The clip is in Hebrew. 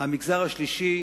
המגזר השלישי